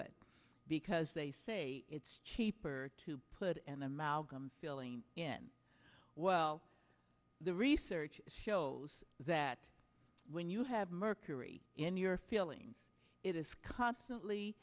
it because they say it's cheaper to put an amalgam filling in well the research shows that when you have mercury in your feelings it is constantly